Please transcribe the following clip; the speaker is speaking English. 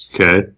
Okay